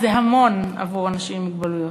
אז, זה המון עבור אנשים עם מוגבלויות.